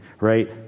Right